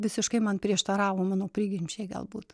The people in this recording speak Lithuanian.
visiškai man prieštaravo mano prigimčiai galbūt